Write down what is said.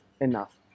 enough